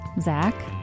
Zach